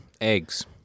Eggs